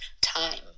time